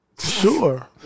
Sure